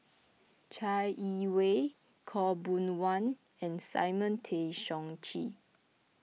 Chai Yee Wei Khaw Boon Wan and Simon Tay Seong Chee